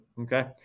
okay